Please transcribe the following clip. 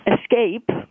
escape